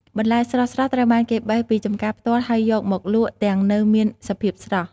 បន្លែស្រស់ៗត្រូវបានគេបេះពីចំការផ្ទាល់ ហើយយកមកលក់ទាំងនៅមានសភាពស្រស់។